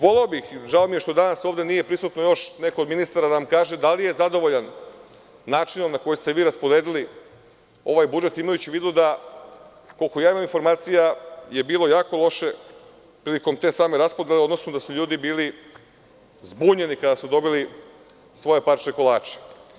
Voleo bih i žao mi je što danas nije ovde prisutno još nekoliko ministara da nam kaže da li je zadovoljan načinom na koji ste vi rasporedili ovaj budžet, imajući u vidu, koliko ja imam informacija je bilo jako loše prilikom te same raspodele, odnosno da su ljudi bili zbunjeni kada su dobili svoje parče kolača.